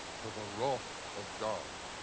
to the wrath of god.